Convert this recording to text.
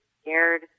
scared